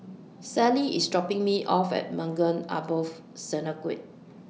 Sally IS dropping Me off At Maghain Aboth Synagogue